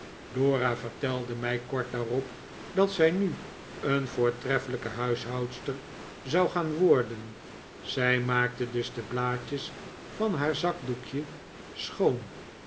dora vertelde mij kort daarop dat zij nu een voortreffelijke huishoudster zou gaan worden zij maakte dus de blaadjes van haar zakboekje schoon